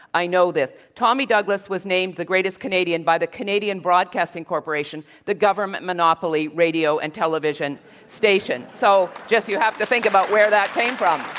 i know this. tommy douglas was named the greatest canadian by the canadian broadcasting corporation, the government monopoly radio and television station. so, just you have to think about where that came from.